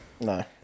No